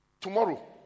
Tomorrow